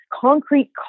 concrete